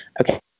Okay